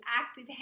active